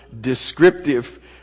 descriptive